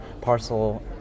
parcel